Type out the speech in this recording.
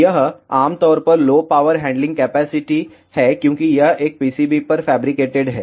यह आमतौर पर लो पावर हैंडलिंग कैपेसिटी है क्योंकि यह एक PCB पर फैब्रिकेटेड है